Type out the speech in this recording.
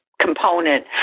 component